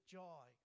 joy